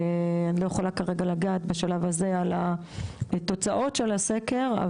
אני לא יכולה כרגע לגעת על תוצאות הסקר בשלב הזה,